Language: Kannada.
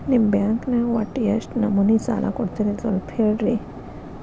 ನಿಮ್ಮ ಬ್ಯಾಂಕ್ ನ್ಯಾಗ ಒಟ್ಟ ಎಷ್ಟು ನಮೂನಿ ಸಾಲ ಕೊಡ್ತೇರಿ ಸ್ವಲ್ಪ ಹೇಳ್ರಿ